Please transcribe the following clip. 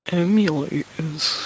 emulators